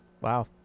Wow